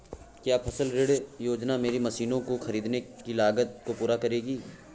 क्या फसल ऋण योजना मेरी मशीनों को ख़रीदने की लागत को पूरा करेगी?